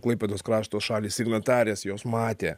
klaipėdos krašto šalys signatarės jos matė